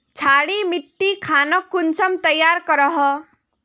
क्षारी मिट्टी खानोक कुंसम तैयार करोहो?